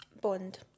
Bond